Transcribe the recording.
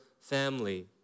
family